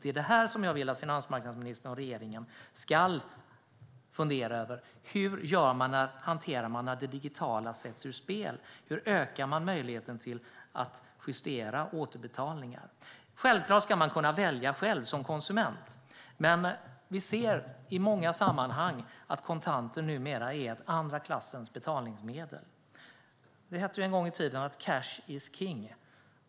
Det är detta jag vill att finansmarknadsministern och regeringen ska fundera över: Hur hanterar man det när det digitala sätts ur spel? Hur ökar man möjligheten att justera återbetalningar? Självklart ska man som konsument kunna välja själv. Men i många sammanhang ser vi att kontanter numera är ett andra klassens betalningsmedel. Det hette en gång i tiden att "cash is king".